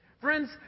Friends